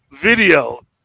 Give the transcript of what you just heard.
video